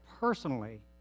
Personally